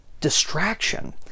distraction